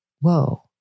whoa